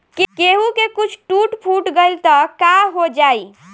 केहू के कुछ टूट फुट गईल त काहो जाई